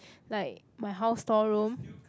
like my house storeroom